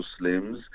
Muslims